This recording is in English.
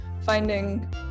finding